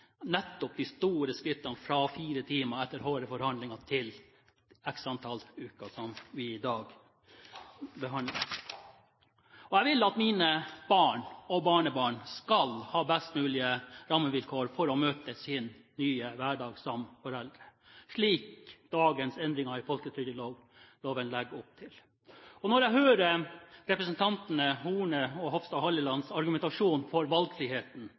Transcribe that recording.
nettopp de store skrittene fra fire timer, etter harde forhandlinger, til x antall uker, som er saken vi i dag behandler. Jeg vil at mine barn og barnebarn skal ha best mulige rammevilkår for å møte sin nye hverdag som foreldre, slik dagens endringer i folketrygdloven legger opp til. Når jeg hører representantene Hornes og Hofstad Hellelands argumentasjon for valgfriheten,